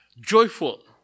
joyful